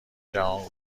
جهان